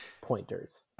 pointers